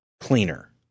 cleaner